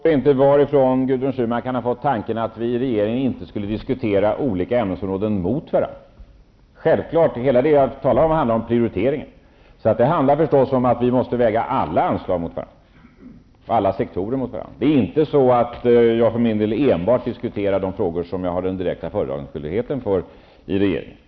Herr talman! Jag förstår inte varifrån Gudrun Schyman har fått tanken att vi i regeringen inte skulle diskutera olika ämnesområden mot varandra. Självfallet gör vi det. Allt det som jag har talat om handlar om prioriteringar. Vi måste väga alla anslag och alla sektorer mot varandra. Jag diskuterar för min del inte enbart de frågor som jag har den direkta föredragningsskyldigheten för i regeringen.